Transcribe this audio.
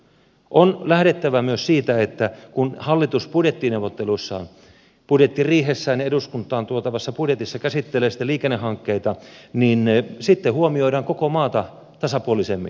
on lähdettävä myös siitä että kun hallitus budjettiriihessään ja eduskuntaan tuotavassa budjetissa käsittelee liikennehankkeita niin sitten huomioidaan koko maata tasapuolisemmin